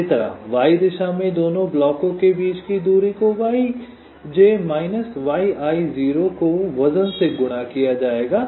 इसी तरह y दिशा में दोनों ब्लॉकों के बीच की दूरी को yj माइनस yi0 को वजन से गुणा किया जाएगा